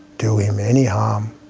do him any harm.